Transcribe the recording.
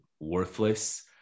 worthless